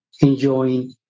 enjoying